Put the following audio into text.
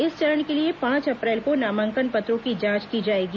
इस चरण के लिए पांच अप्रैल को नामांकन पत्रों की जांच की जाएगी